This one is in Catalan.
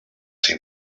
ser